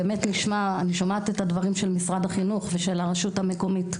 אני שומעת את הדברים של משרד החינוך ושל הרשות המקומית.